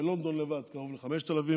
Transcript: בלונדון לבד קרוב ל-5,000,